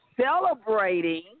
celebrating